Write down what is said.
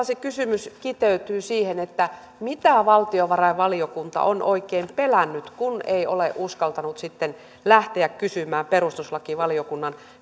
se kysymys kiteytyy siihen mitä valtiovarainvaliokunta on oikein pelännyt kun ei ole uskaltanut sitten lähteä kysymään perustuslakivaliokunnan